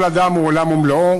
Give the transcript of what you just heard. כל אדם הוא עולם ומלואו,